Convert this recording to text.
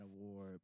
award